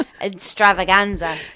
extravaganza